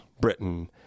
Britain